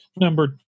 Number